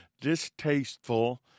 distasteful